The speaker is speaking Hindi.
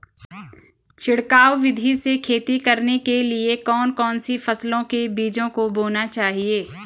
छिड़काव विधि से खेती करने के लिए कौन कौन सी फसलों के बीजों को बोना चाहिए?